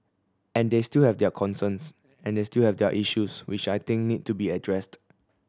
and they still have their concerns and they still have their issues which I think need to be addressed